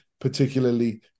particularly